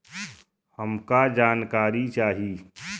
हमका जानकारी चाही?